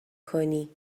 کنی